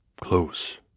Close